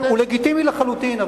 הוא לגיטימי לחלוטין,